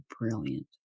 brilliant